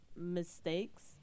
mistakes